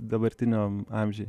dabartiniam amžiui